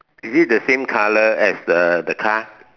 is it the same color as the the car